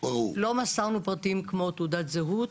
לא מסרנו פרטים כמו תעודת זהות,